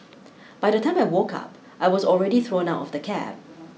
by the time I woke up I was already thrown out of the cab